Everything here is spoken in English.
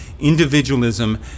individualism